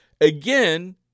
Again